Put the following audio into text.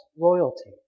royalty